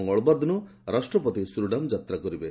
ମଙ୍ଗଳବାର ଦିନ ରାଷ୍ଟ୍ରପତି ସୁରିନାମ୍ ଯାତ୍ରା କରିବେ